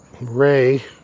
Ray